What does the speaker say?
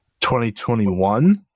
2021